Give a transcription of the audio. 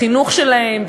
בחינוך שלהם,